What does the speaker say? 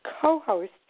co-host